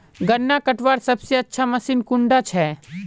गन्ना कटवार सबसे अच्छा मशीन कुन डा छे?